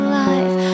life